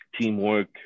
teamwork